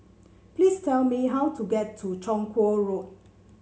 please tell me how to get to Chong Kuo Road